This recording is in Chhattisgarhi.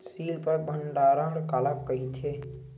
सील पैक भंडारण काला कइथे?